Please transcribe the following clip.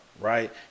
right